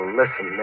listen